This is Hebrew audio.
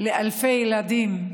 לאלפי ילדים,